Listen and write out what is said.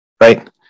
Right